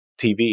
TV